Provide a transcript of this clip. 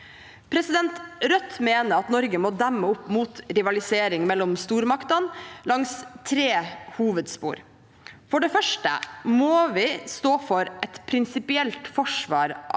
mandag. Rødt mener at Norge må demme opp mot rivalisering mellom stormaktene langs tre hovedspor: For det første må vi stå for et prinsipielt forsvar av